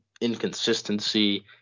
inconsistency